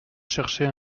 chercher